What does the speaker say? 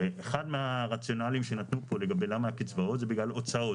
הרי אחד מהרציונליים שנתנו פה לגבי למה הקצבאות זה בגלל הוצאות.